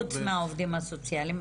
חוץ מהעובדים הסוציאליים,